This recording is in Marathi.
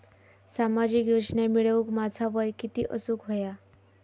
सामाजिक योजना मिळवूक माझा वय किती असूक व्हया?